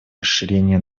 расширения